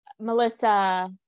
Melissa